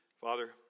Father